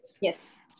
Yes